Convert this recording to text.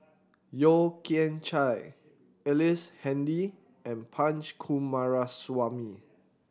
Yeo Kian Chye Ellice Handy and Punch Coomaraswamy